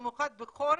במיוחד בחורף,